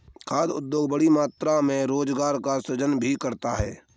खाद्य उद्योग बड़ी मात्रा में रोजगार का सृजन भी करता है